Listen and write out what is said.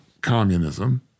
communism